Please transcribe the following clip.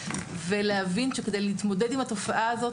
ולהבין שכדי להתמודד עם התופעה הזאת,